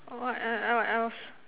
what e~ e~ el~ else